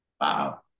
Wow